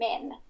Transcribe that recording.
men